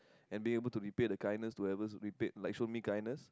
and be able to repay the kindness to ever repay like show me kindness